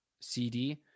CD